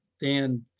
Dan